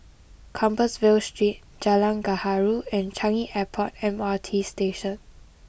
Compassvale Street Jalan Gaharu and Changi Airport M R T Station